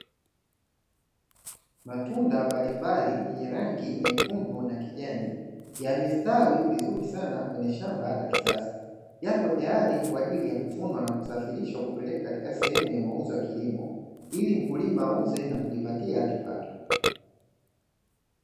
Mazao mbalimbali yenye rangi nyekundu na kijani yamestawi vizuri sana kwenye shamba la kisasa, lililo tayari kwa ajili ya kuvunwa na kusafirishwa kupelekwa katika sehemu ya mauzo ya kilimo ili mkulima auze na kujipatia kipato.